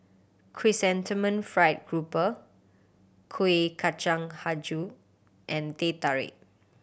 Chrysanthemum Fried Grouper Kuih Kacang Hijau and Teh Tarik